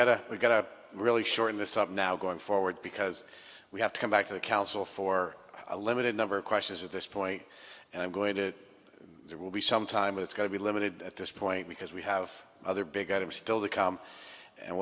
got to we've got a really short in this of now going forward because we have to come back to the council for a limited number of questions at this point and i'm going to there will be some time it's going to be limited at this point because we have other big items still to come and